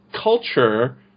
culture